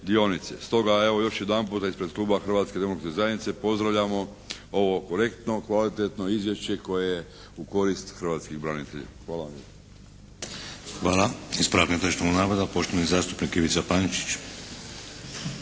Stoga evo još jedan puta ispred kluba Hrvatske demokratske zajednice pozdravljamo ovo korektno, kvalitetno izvješće koje je u korist hrvatskih branitelja. Hvala vam lijepo. **Šeks, Vladimir (HDZ)** Hvala. Ispravak netočnog navoda poštovani zastupnik Ivica Pančić.